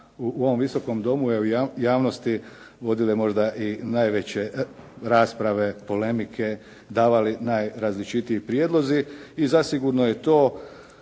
u ovom Viskom domu u javnosti vodile možda i najveće rasprave, polemike, davali najrazličitiji prijedlozi i zasigurno je to